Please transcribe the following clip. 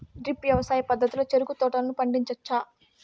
drip వ్యవసాయ పద్ధతిలో చెరుకు తోటలను పండించవచ్చా